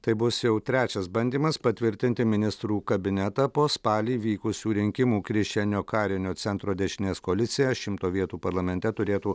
tai bus jau trečias bandymas patvirtinti ministrų kabinetą po spalį vykusių rinkimų krišjanio karinio centro dešinės koalicija šimto vietų parlamente turėtų